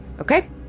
Okay